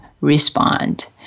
respond